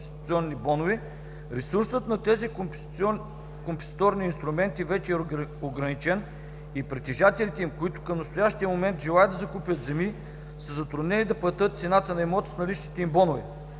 ресурсът на тези компенсаторни инструменти вече е ограничен и притежателите им, които към настоящия момент желаят да закупят земи, са затруднени да платят цената на имотите с наличните им бонове.